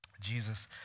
Jesus